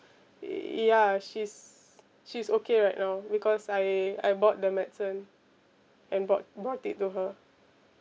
ya she's she's okay right now because I I bought the medicine and brought brought it to her